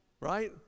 Right